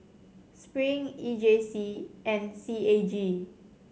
Spring E J C and C A G